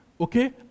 okay